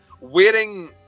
wearing